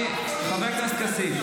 לא, זה לא תקין.